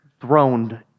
throned